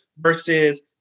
versus